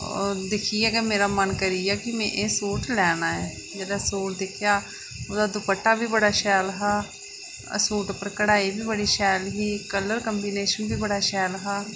दिक्खियै गै मेरा मन करी गेआ कि में एह् सूट लैना ऐ जेल्लै सूट दिक्खेआ ओहदा दपट्टा बी बडा शैल हा अस सूट उप्पर कढाई बी बड़ी शैल ई कलर कंबीनेशन बी बडा शैल हा